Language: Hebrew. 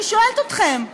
אני שואלת אתכם,